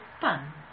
fun